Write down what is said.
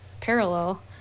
parallel